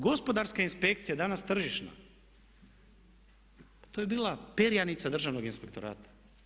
Gospodarska inspekcija, danas tržišna, to je bila perjanica Državnog inspektorata.